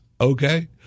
Okay